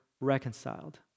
reconciled